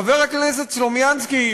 חבר הכנסת סלומינסקי,